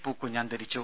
പൂക്കുഞ്ഞ് അന്തരിച്ചു